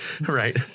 Right